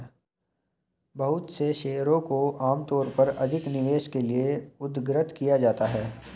बहुत से शेयरों को आमतौर पर अधिक निवेश के लिये उद्धृत किया जाता है